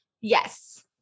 Yes